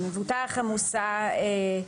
"מבוטח המוסע ---"